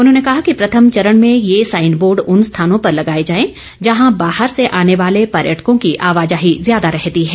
उन्होंने कहा कि प्रथम चरण में ये साईन बोर्ड उन स्थानों पर लगाए जाएं जहां बाहर से आने वाले पर्यटकों की आवाजाही ज्यादा रहती है